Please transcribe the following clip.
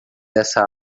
dessa